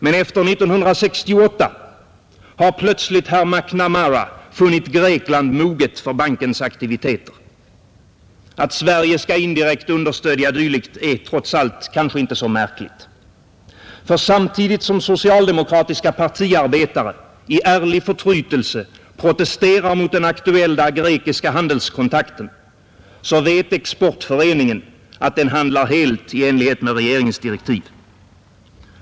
Men efter 1968 har plötsligt herr McNamara funnit Grekland moget för bankens aktiviteter. Att Sverige skall indirekt understödja dylikt är kanske trots allt inte så märkligt. För samtidigt som socialdemokratiska partiarbetare i ärlig förtrytelse protesterar mot den aktuella grekiska handelskontakten, så vet Exportföreningen att den handlar helt i enlighet med regeringens direktiv.